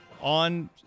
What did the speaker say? on